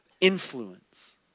influence